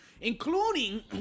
including